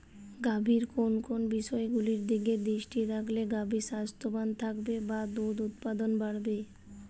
গাভীর কোন কোন বিষয়গুলোর দিকে দৃষ্টি রাখলে গাভী স্বাস্থ্যবান থাকবে বা দুধ উৎপাদন বাড়বে?